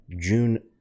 June